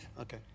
Okay